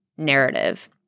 narrative